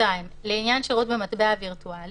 אני ממשיכה בקריאה: לעניין שירות במטבע וירטואלי